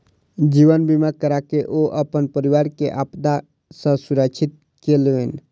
जीवन बीमा कराके ओ अपन परिवार के आपदा सॅ सुरक्षित केलैन